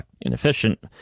inefficient